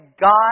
God